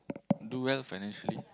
do well financially